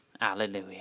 Alleluia